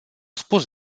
spus